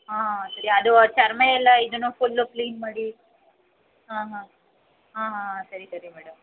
ಹಾಂ ಸರಿ ಅದು ಆ ಚರ್ಮ ಎಲ್ಲ ಇದೂ ಫುಲ್ಲು ಕ್ಲೀನ್ ಮಾಡಿ ಹಾಂ ಹಾಂ ಹಾಂ ಹಾಂ ಹಾಂ ಸರಿ ಸರಿ ಮೇಡಮ್